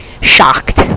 shocked